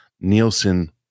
Nielsen